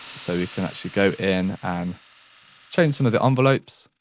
so we can actually go in and change some of the envelopes.